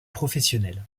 professionnel